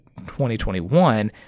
2021